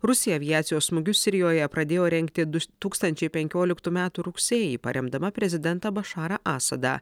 rusija aviacijos smūgius sirijoje pradėjo rengti dus tūkstančiai penkioliktųjų metų rugsėjį paremdama prezidentą bašarą asadą